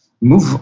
move